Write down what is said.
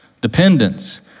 dependence